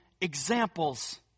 examples